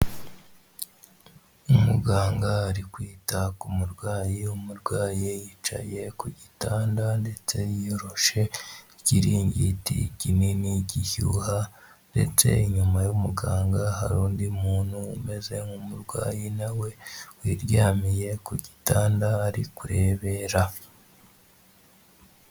Umuganga ari kwita ku murwayi, umurwayi yicaye ku gitanda ndetse yiyoroshe ikiringiti kinini gishyuha ndetse inyuma y'umuganga hari undi muntu umeze nk'umurwayi nawe wiryamiye ku gitanda ari kurebera.